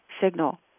signal